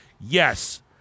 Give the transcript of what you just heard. Yes